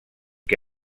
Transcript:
que